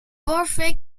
success